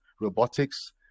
robotics